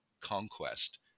conquest